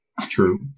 True